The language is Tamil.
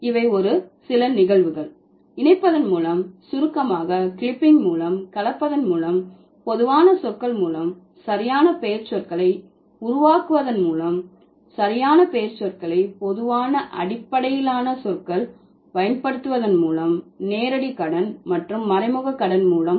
இவை ஒரு சில நிகழ்வுகள் இணைப்பதன் மூலம் சுருக்கமாக கிளிப்பிங் மூலம் கலப்பதன் மூலம் பொதுவான சொற்கள் மூலம் சரியான பெயர்ச்சொற்களை உருவாக்குவதன் மூலம் சரியான பெயர்ச்சொற்களை பொதுவான அடிப்படையிலான சொற்கள் பயன்படுத்துவதன் மூலம் நேரடி கடன் மற்றும் மறைமுக கடன் மூலம்